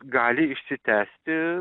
gali išsitęsti